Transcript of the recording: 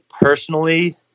personally